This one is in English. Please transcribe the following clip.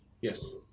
Yes